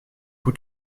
coup